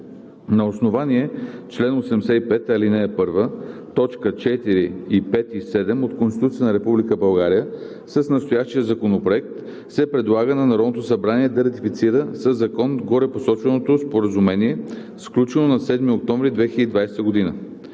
На основание чл. 85, ал. 1, т. 4, 5 и 7 от Конституцията на Република България с настоящия законопроект се предлага на Народното събрание да ратифицира със закон горепосоченото Споразумение, сключено на 7 октомври 2020 г.